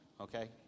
Okay